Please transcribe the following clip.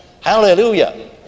hallelujah